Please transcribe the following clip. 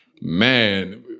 man